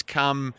come